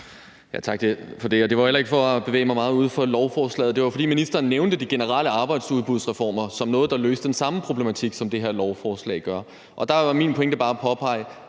Tak for det, og det var jo heller ikke for at bevæge mig meget uden for lovforslaget, men det var, fordi ministeren nævnte de generelle arbejdsudbudsreformer som noget, der løste den samme problematik, som det her lovforslag gør. Og der var min pointe bare at påpege,